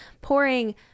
pouring